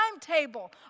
timetable